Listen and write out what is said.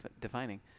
defining